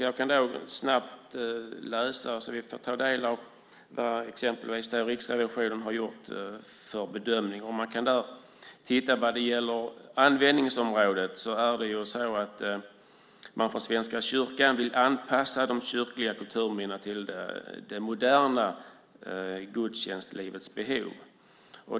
Jag ska läsa så att vi får ta del av vilken bedömning Riksrevisionen har gjort. När det gäller användningsområdet vill man från Svenska kyrkan anpassa de kyrkliga kulturminnena till det moderna gudstjänstlivets behov.